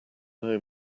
know